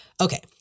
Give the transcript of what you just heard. Okay